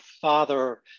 father